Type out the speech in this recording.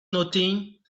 nothing